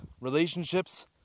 relationships